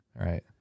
Right